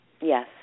Yes